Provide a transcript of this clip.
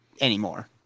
anymore